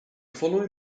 following